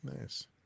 Nice